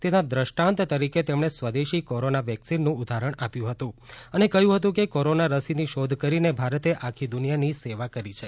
તેના ક્રષ્ટાંત તરીકે તેમણે સ્વદેશી કોરોના વેક્સિનનું ઉદાહરણ આપ્યું હતું અને કહ્યું હતું કે કોરોના રસીની શોધ કરીને ભારતે આખી દુનિયાની સેવા કરી છે